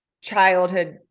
childhood